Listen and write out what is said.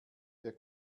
der